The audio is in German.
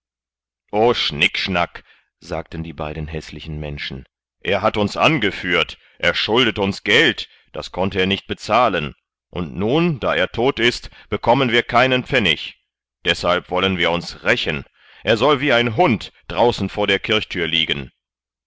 o schnickschnack sagten die beiden häßlichen menschen er hat uns angeführt er schuldet uns geld das konnte er nicht bezahlen und nun da er tot ist bekommen wir keinen pfennig deshalb wollen wir uns rächen er soll wie ein hund draußen vor der kirchthür liegen